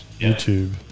YouTube